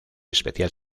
especial